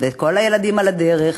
ואת כל הילדים על הדרך,